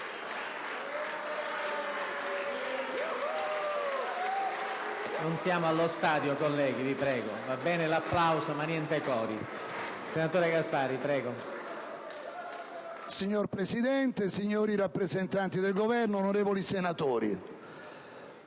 Signor Presidente, signori rappresentanti del Governo, onorevoli senatori,